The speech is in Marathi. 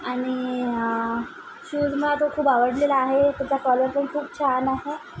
आणि शूज मला तो खूप आवडलेला आहे त्याचा कलर पण खूप छान आहे